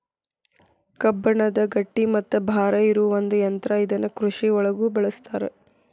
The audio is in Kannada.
ಕಬ್ಬಣದ ಗಟ್ಟಿ ಮತ್ತ ಭಾರ ಇರು ಒಂದ ಯಂತ್ರಾ ಇದನ್ನ ಕೃಷಿ ಒಳಗು ಬಳಸ್ತಾರ